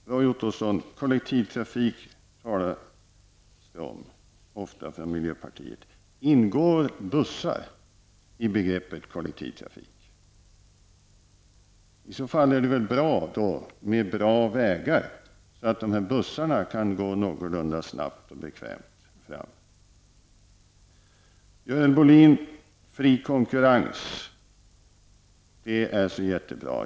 Roy Ottosson, miljöpartiet talar ofta om kollektivtrafiken. Ingår bussar i begreppet kollektivtrafik? I så fall är det väl bra med vägar, så att dessa bussar kan gå någorlunda snabbt och bekvämt. Görel Bohlin sade att det är jättebra med fri konkurrens.